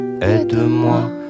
Aide-moi